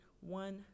one